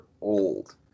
old